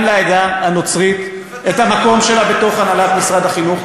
לעדה הנוצרית את המקום שלה בתוך הנהלת משרד החינוך,